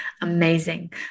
Amazing